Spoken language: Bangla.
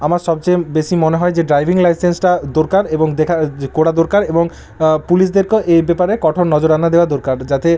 আমার সবচেয়ে বেশি মনে হয় যে ড্রাইভিং লাইসেন্সটা দরকার এবং দেখা করা দরকার এবং পুলিশদেরকে এই ব্যাপারে কঠোর নজরানা দেওয়া দরকার যাতে